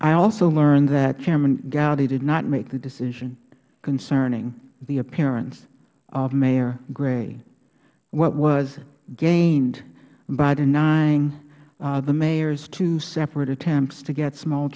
i also learned that chairman gowdy did not make the decision concerning the appearance of mayor gray what was gained by denying the mayor's two separate attempts to get small